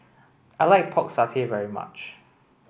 I like pork satay very much